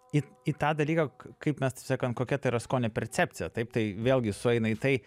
į į tą dalyką kaip mes taip sakant kokia ta yra skonio percepcija taip tai vėlgi sueina į tai